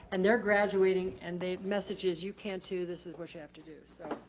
and they're graduating. and the message is you can, too. this is what you have to do. so